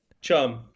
Chum